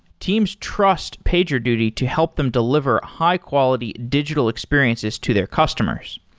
teams trust pagerduty to help them deliver high-quality digital experiences to their customers.